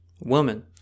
woman